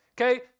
Okay